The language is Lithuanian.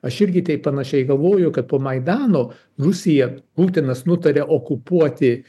aš irgi taip panašiai galvoju kad po maidano rusija putinas nutarė okupuoti